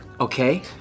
Okay